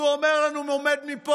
תודה רבה.